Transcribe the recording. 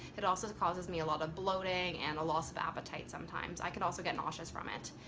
it also causes me a lot of bloating and a loss of appetite sometimes. i could also get nauseous from it.